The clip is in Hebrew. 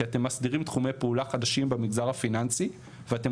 כי אתם מסדירים תחומי פעולה חדשים במגזר הפיננסי ואתם